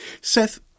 Seth